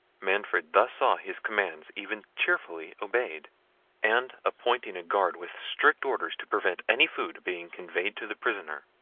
manfred thus saw his commands even cheerfully obeyed and appointing a guard with strict orders to prevent any food being conveyed to the prisoner,